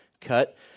cut